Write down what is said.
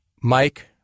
Mike